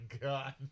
God